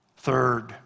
Third